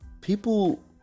people